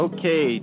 Okay